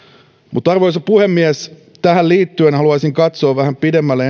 arvoisa puhemies tähän liittyen haluaisin katsoa vähän pidemmälle